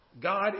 God